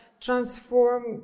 transform